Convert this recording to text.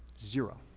zero.